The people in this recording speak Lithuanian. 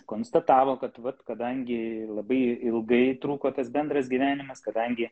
konstatavo kad vat kadangi labai ilgai truko tas bendras gyvenimas kadangi